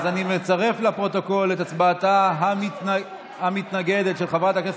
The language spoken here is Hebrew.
אז אני מצרף לפרוטוקול את הצבעתה המתנגדת של חברת הכנסת